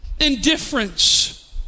indifference